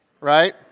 Right